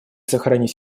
сохранить